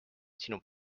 sinu